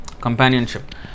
companionship